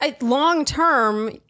long-term